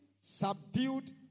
subdued